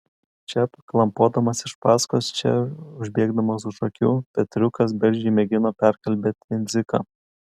čia klampodamas iš paskos čia užbėgdamas už akių petriukas bergždžiai mėgino perkalbėti dziką